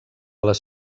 les